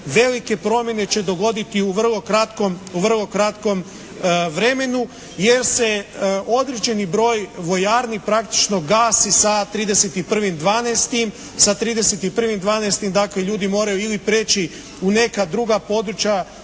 velike promjene će dogoditi u vrlo kratkom vremenu. Jer se određeni broj vojarni praktično gasi sa 31.12., sa 31.12. dakle ljudi moraju ili preći u neka druga područja,